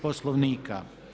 Poslovnika.